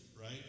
right